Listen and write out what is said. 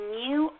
new